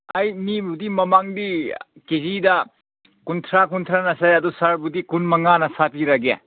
ꯑꯩ ꯃꯤꯕꯨꯗꯤ ꯃꯃꯥꯡꯗꯤ ꯀꯦ ꯖꯤꯗ ꯀꯨꯟꯊ꯭ꯔꯥ ꯀꯨꯟꯊ꯭ꯔꯥꯅ ꯁꯥꯏ ꯑꯗꯨ ꯁꯥꯔꯕꯨꯗꯤ ꯀꯨꯟ ꯃꯪꯉꯥꯅ ꯁꯕꯤꯔꯒꯦ